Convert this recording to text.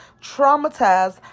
traumatized